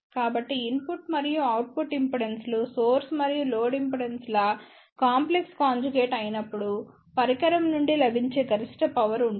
కాబట్టి ఇన్పుట్ మరియు అవుట్పుట్ ఇంపెడెన్సులు సోర్స్ మరియు లోడ్ ఇంపిడెన్స్ల కాంప్లెక్స్ కాంజుగేట్ అయినప్పుడు పరికరం నుండి లభించే గరిష్ట పవర్ ఉంటుంది